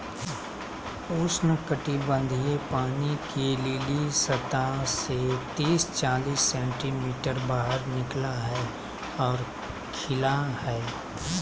उष्णकटिबंधीय पानी के लिली सतह से तिस चालीस सेंटीमीटर बाहर निकला हइ और खिला हइ